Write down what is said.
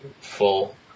full